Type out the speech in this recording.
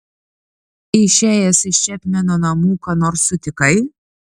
išėjęs iš čepmeno namų ką nors sutikai